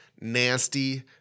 nasty